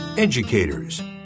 Educators